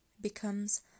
becomes